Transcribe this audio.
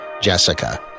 Jessica